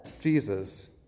Jesus